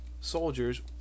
soldiers